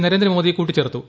നരേന്ദ്രമോദി കൂട്ടിച്ചേർത്തു